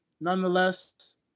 nonetheless